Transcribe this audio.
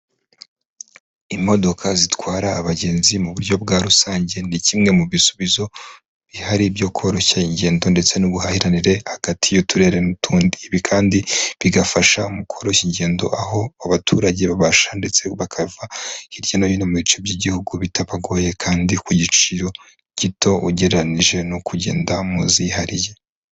Imodoka zitwara abagenzi mu buryo bwa rusange ni kimwe mu bisubizo bihari byo koroshya ingendo ndetse n'ubuhahiranire hagati y'uturere n'utundi, ibi kandi bigafasha mu koroshya ingendo aho abaturage babasha ndetse bakava hirya no hino mu bice by'igihugu bitabagoye kandi ku giciro gito ugereranije no kugenda mu zihariye.